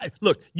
look